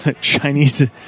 Chinese